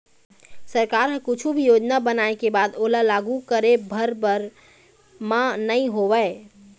सरकार ह कुछु भी योजना बनाय के बाद ओला लागू करे भर बर म नइ होवय